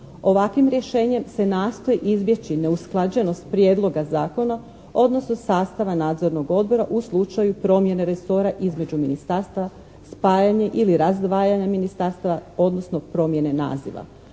Ovakvim rješenjem se nastoji izbjeći neusklađenost Prijedloga zakona, odnosno sastava nadzornog odbora u slučaju promjene resora između ministarstava, spajanje ili razdvajanje ministarstava, odnosno promjene naziva.